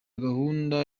gahunda